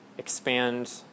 Expand